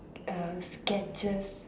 uh sketches